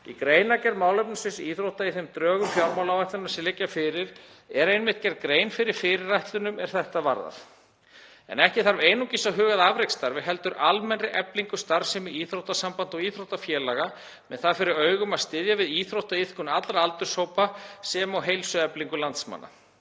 Í greinargerð málefnasviðs íþrótta í þeim drögum fjármálaáætlunar sem liggja fyrir er einmitt gerð grein fyrir fyrirætlunum er þetta varðar. En ekki þarf einungis að huga að afreksstarfi heldur almennri eflingu starfsemi íþróttasambanda og íþróttafélaga með það fyrir augum að styðja við íþróttaiðkun allra aldurshópa sem og heilsueflingu landsmanna.